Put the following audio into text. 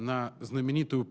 not limited to